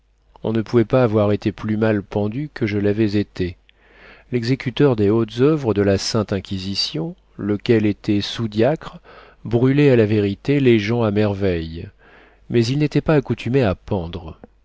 on ne pouvait pas avoir été plus mal pendu que je l'avais été l'exécuteur des hautes oeuvres de la sainte inquisition lequel était sous-diacre brûlait à la vérité les gens à merveille mais il n'était pas accoutumé à pendre